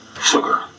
sugar